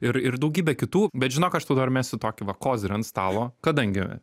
ir ir daugybę kitų bet žinok aš tau dar mesiu tokį va kozirį ant stalo kadangi